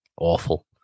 awful